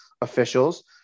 officials